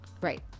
Right